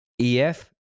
EF